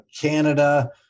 Canada